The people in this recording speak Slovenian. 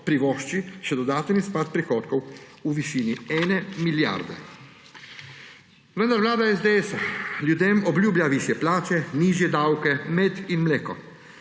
privošči še dodaten izpad prihodkov v višini 1 milijarde. Vendar vlada SDS-a ljudem obljublja višje plače, nižje davke, med in mleko.